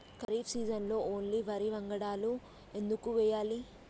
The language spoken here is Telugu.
ఖరీఫ్ సీజన్లో ఓన్లీ వరి వంగడాలు ఎందుకు వేయాలి?